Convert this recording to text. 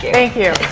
thank you.